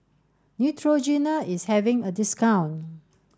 Neutrogena is having a discount